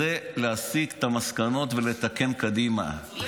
זה להסיק את המסקנות ולתקן קדימה.